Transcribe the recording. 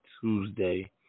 Tuesday